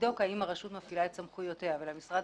לבדוק האם הרשות מפעילה את סמכויותיה אבל למשרד